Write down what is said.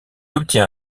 obtient